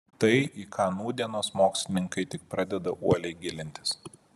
tai į ką nūdienos mokslininkai tik pradeda uoliai gilintis